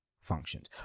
functions